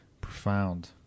profound